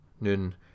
Nun